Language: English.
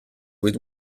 with